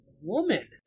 woman